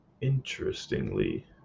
interestingly